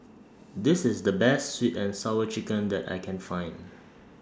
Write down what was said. This IS The Best Sweet and Sour Chicken that I Can Find